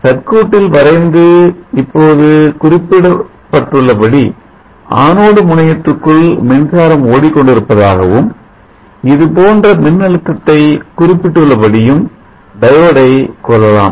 சர்க்யூட்டில் வரைந்து இப்போது குறிப்பிட்டுள்ளபடி anode முனையத்திற்குள் மின்சாரம் ஓடிக் கொண்டிருப்பதாகவும் இதுபோன்ற மின்னழுத்தத்தை குறிப்பிட்டுள்ளபடியும் diode ஐ கொள்ளலாம்